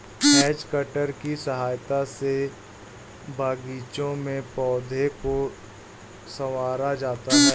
has cutter की सहायता से बागीचों में पौधों को सँवारा जाता है